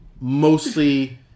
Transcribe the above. mostly